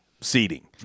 seating